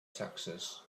taxes